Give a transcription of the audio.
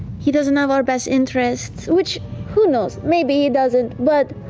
he doesn't have our best interests. which who knows, maybe he doesn't. but,